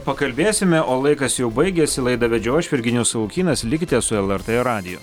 pakalbėsime o laikas jau baigėsi laidą vedžiau aš virginijus savukynas likite su lrt radiju